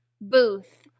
booth